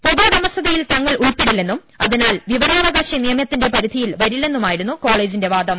പൊതുഉടമസ്ഥതയിൽ തങ്ങൾ ഉൾപ്പെടില്ലെന്നും അതി നാൽ വിവരാവകാശ നിയമത്തിന്റെ പരിധിയിൽ വരില്ലെന്നുമായി രുന്നു കോളജിന്റെ വാദം